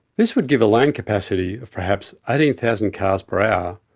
this would give a lane capacity of perhaps eighteen thousand cars per hour,